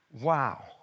Wow